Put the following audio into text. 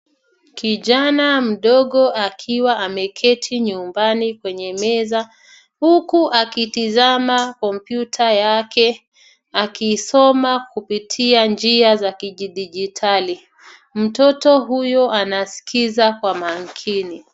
Kijana mdogo akiwa ameketi nyumbani kwenye meza, huku akitazama kompyuta yake akisoma kupitia njia za kidijitali. Mtoto huyo anasikiza kwa makini.